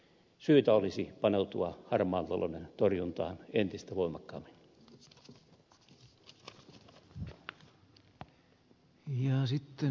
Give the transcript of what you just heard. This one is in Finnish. syytä olisi paneutua harmaan talouden torjuntaan entistä voimakkaammin